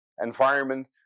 environment